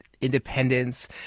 independence